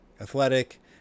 athletic